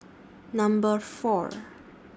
Number four